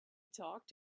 talked